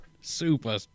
Super